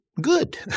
Good